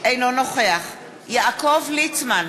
אינו נוכח יעקב ליצמן,